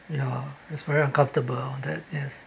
ya it's very uncomfortable that yes